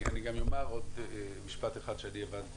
אני גם אומר עוד משפט אחד שהבנתי